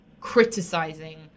criticizing